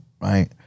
Right